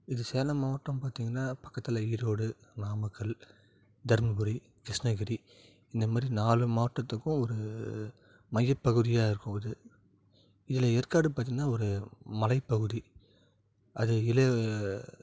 இது சேலம் மாவட்டம் பார்த்திங்கனா பக்கத்தில் ஈரோடு நாமக்கல் தர்மபுரி கிருஷ்ணகிரி இந்தமாதிரி நாலு மாவட்டத்துக்கும் ஒரு மையப்பகுதியாக இருக்கும் இது இதில் ஏற்காடு பார்த்திங்கனா ஒரு மலைப்பகுதி அது